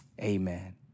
amen